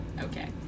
Okay